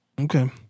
Okay